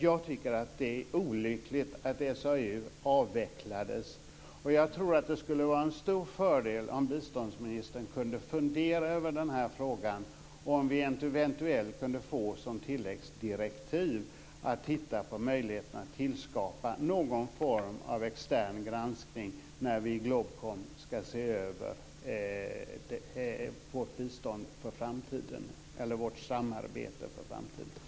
Jag tycker att det är olyckligt att SAU avvecklades och tror att det skulle vara en stor fördel om biståndsministern kunde fundera över frågan och om vi eventuellt kunde få tilläggsdirektiv om att titta på möjligheterna att skapa någon form av extern granskning när vi i GLOBKOM ska se över vårt samarbete för framtiden.